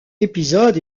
épisode